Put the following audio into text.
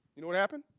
you know what happened?